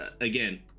again